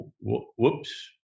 whoops